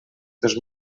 dos